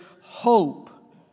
hope